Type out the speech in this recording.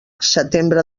setembre